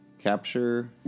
capture